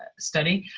ah study.